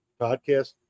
podcast